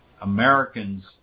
Americans